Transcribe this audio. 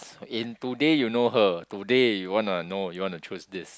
in today you know her today you wanna know you wanna choose this